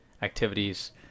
activities